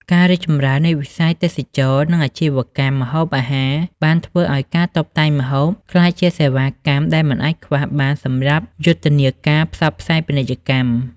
ការរីកចម្រើននៃវិស័យទេសចរណ៍ និងអាជីវកម្មម្ហូបអាហារបានធ្វើឱ្យការតុបតែងម្ហូប ក្លាយជាសេវាកម្មដែលមិនអាចខ្វះបានសម្រាប់យុទ្ធនាការផ្សព្វផ្សាយពាណិជ្ជកម្ម។